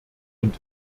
und